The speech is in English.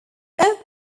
oak